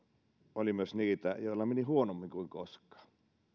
oli myös niitä joilla meni huonommin kuin koskaan